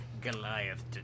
Goliath